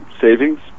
savings